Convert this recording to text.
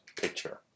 picture